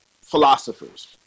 philosophers